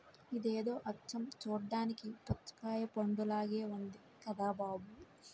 ఇదేదో అచ్చం చూడ్డానికి పుచ్చకాయ పండులాగే ఉంది కదా బాబూ